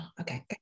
Okay